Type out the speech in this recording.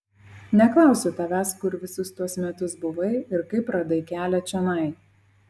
neklausiu tavęs kur visus tuos metus buvai ir kaip radai kelią čionai